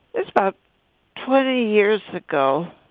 it's about twenty years ago.